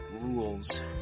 rules